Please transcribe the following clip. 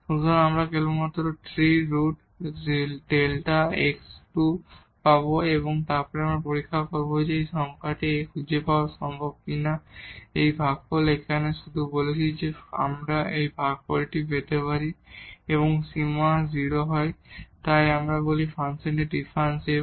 সুতরাং আমরা কেবলমাত্র 3√ Δ x2 পাব এবং এখন আমরা পরীক্ষা করব যে একটি সংখ্যা A খুঁজে পাওয়া সম্ভব কি না যে এই ভাগফল এখানে আমরা শুধু বলেছি যে যদি আমরা এই ভাগফল পেতে পারি এবং সীমা 0 হয় তাহলে আমরা বলি ফাংশনটি ডিফারেনশিবল